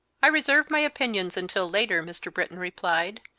i reserve my opinions until later, mr. britton replied.